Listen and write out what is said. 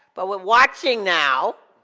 but we're watching now,